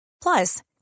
Plus